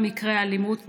בעניין מקרי האלימות,